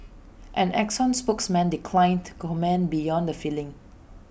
an exxon spokesman declined to comment beyond the filing